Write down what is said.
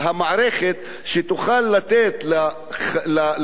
שתוכל לתת לנשים האלה,